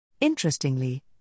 Interestingly